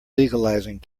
legalizing